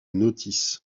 notice